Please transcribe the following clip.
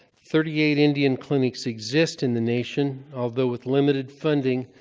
thirty-eight indian clinics exist in the nation, although with limited funding,